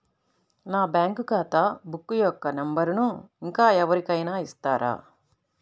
నా బ్యాంక్ ఖాతా బుక్ యొక్క నంబరును ఇంకా ఎవరి కైనా ఇస్తారా?